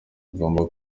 ugomba